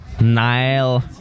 Nile